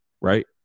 right